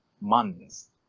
months